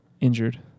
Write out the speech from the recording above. injured